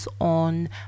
on